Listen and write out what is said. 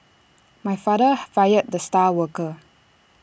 my father hi fired the star worker